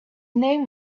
name